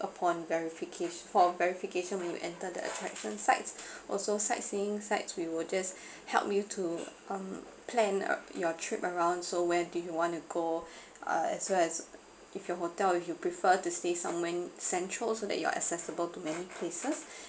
upon verificati~ for verification when you enter the attraction sites also sightseeing sites we would just help you to um plan your trip around so where do you wanna go uh as well as if your hotel if you prefer to stay somewhere central so that you are accessible to many places